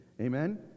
Amen